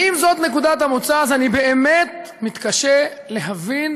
ואם זאת נקודת המוצא, אז אני באמת מתקשה להבין